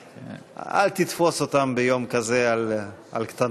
אל תתפוס אותם ביום כזה על קטנות.